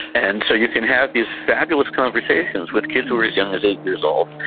and so you can have these fabulous conversations with kids who are as young as eight years old.